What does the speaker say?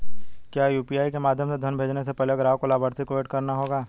क्या यू.पी.आई के माध्यम से धन भेजने से पहले ग्राहक को लाभार्थी को एड करना होगा?